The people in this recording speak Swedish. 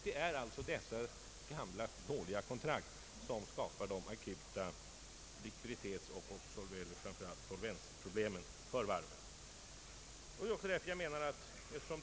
Det är alltså dessa gamla, dåliga kontrakt som skapar de akuta likviditetsoch framför allt solvensproblemen för varven.